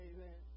Amen